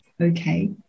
Okay